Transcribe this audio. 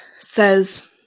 says